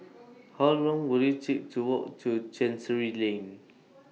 How Long Will IT Take to Walk to Chancery Lane